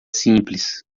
simples